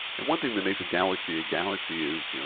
and one thing that makes a galaxy a galaxy is, you know